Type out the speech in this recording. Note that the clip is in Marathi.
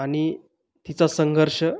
आणि तिचा संघर्ष